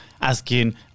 asking